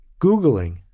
Googling